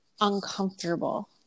uncomfortable